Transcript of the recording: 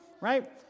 right